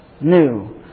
new